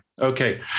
okay